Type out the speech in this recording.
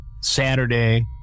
Saturday